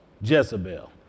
Jezebel